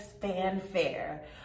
fanfare